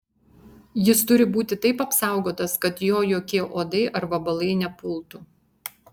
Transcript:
jis turi būti taip apsaugotas kad jo jokie uodai ar vabalai nepultų